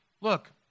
Look